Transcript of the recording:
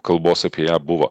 kalbos apie ją buvo